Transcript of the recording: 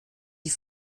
die